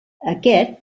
aquest